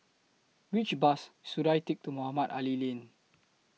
Which Bus should I Take to Mohamed Ali Lane